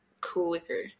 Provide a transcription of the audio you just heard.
quicker